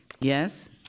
Yes